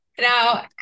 Now